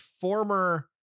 former